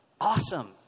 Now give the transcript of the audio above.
Awesome